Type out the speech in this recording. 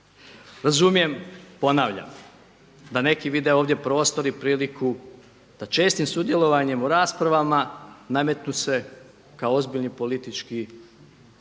Razumijem, ponavljam da neki vide ovdje prostor i priliku da čestim sudjelovanjem u raspravama nametnu se kao ozbiljni politički faktori